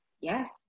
Yes